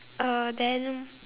uh then